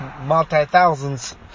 multi-thousands